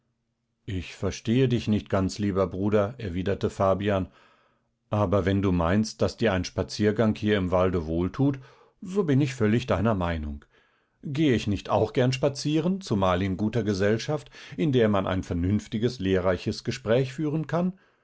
ich verstehe dich nicht ganz lieber bruder erwiderte fabian aber wenn du meinst daß dir ein spaziergang hier im walde wohl tut so bin ich völlig deiner meinung gehe ich nicht auch gern spazieren zumal in guter gesellschaft in der man ein vernünftiges lehrreiches gespräch führen kann